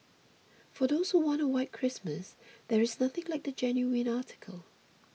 for those who want a white Christmas there is nothing like the genuine article